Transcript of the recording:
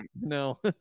no